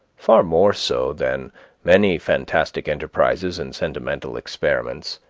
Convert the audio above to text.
far more so than many fantastic enterprises and sentimental experiments,